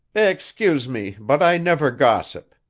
excuse me, but i never gossip.